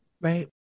Right